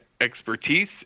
expertise